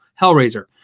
hellraiser